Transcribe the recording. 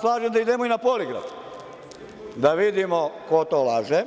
Slažem se da idemo i na poligraf da vidimo ko to laže,